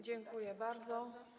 Dziękuję bardzo.